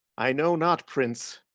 i know not, prince,